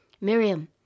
Miriam